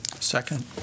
Second